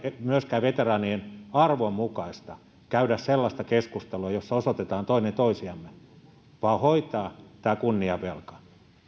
myöskään veteraanien arvon mukaista käydä sellaista keskustelua jossa osoitetaan toinen toisiamme vaan hoitaa tämä kunniavelka